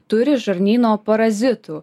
turi žarnyno parazitų